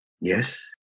Yes